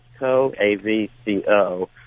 AVCO